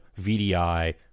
VDI